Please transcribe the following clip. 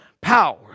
power